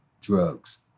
drugs